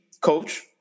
coach